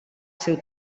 seu